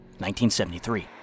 1973